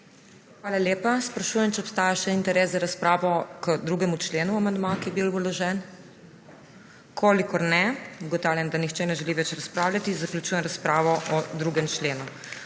Hvala lepa. Sprašujem, ali obstaja še interes za razpravo k 2. členu in amandmaju, ki je bil vložen. Ugotavljam, da nihče ne želi več razpravljati. Zaključujem razpravo o 2. členu.